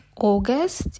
august